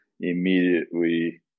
Immediately